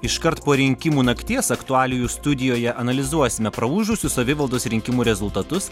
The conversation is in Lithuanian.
iškart po rinkimų nakties aktualijų studijoje analizuosime praūžusių savivaldos rinkimų rezultatus